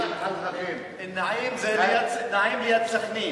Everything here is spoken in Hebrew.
אל-נעִים זה ליד סח'נין.